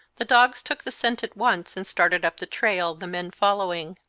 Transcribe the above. the dogs took the scent at once and started up the trail, the men following.